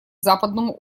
западному